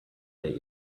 date